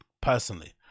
Personally